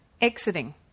exiting